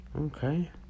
Okay